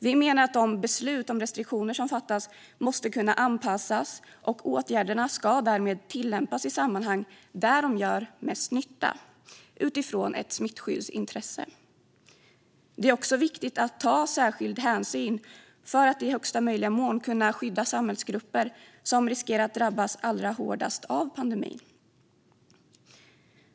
Vi menar att de beslut om restriktioner som fattas måste kunna anpassas. Åtgärderna ska därmed tillämpas i sammanhang där de gör mest nytta utifrån ett smittskyddsintresse. Det är också viktigt att ta särskild hänsyn för att i största möjliga mån kunna skydda de samhällsgrupper som riskerar att drabbas allra hårdast av pandemin.